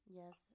yes